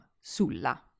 sulla